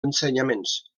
ensenyaments